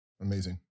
Amazing